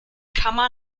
kammer